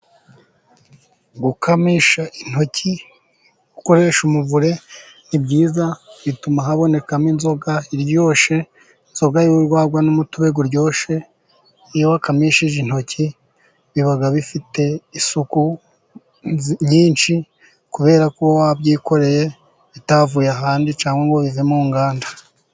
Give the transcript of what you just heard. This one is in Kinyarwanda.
Gukamisha intoki ukoresha umuvure ni byiza, bituma habonekamo inzoga iryoshye, inzoga y'urwagwa n'umutobe uryoshye iyo wakamishije intoki, biba bifite isuku nyinshi kubera ko wabyikoreye bitavuye ahandi cyangwa ngo bive mu nganda.